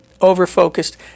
over-focused